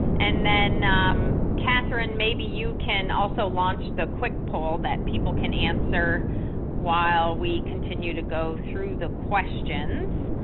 and then um catherine maybe you can also launch the quick polls that people can answer while we continue to go through the questions.